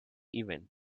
event